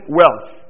wealth